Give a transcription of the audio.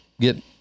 get